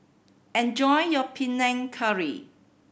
enjoy your Panang Curry